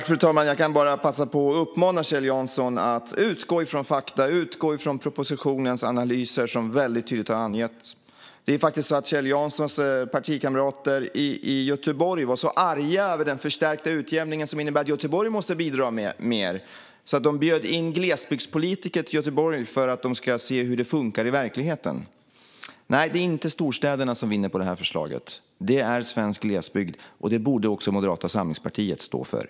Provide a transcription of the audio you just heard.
Fru talman! Jag kan bara passa på att uppmana Kjell Jansson att utgå från fakta och från propositionens analyser, som tydligt angetts. Det är faktiskt så att Kjell Janssons partikamrater i Göteborg var så arga över den förstärkta utjämningen, som innebär att Göteborg måste bidra med mer, att de bjöd in glesbygdspolitiker till Göteborg för att se hur det funkar i verkligheten. Nej, det är inte storstäderna som vinner på det här förslaget. Det är svensk glesbygd, och det borde också Moderata samlingspartiet stå för.